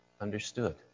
understood